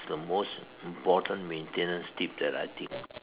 the most important maintenance tip that I think